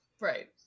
Right